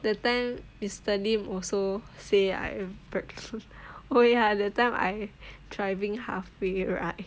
that time mister lim also say I'm pregnant oh ya that time I driving halfway right